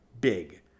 big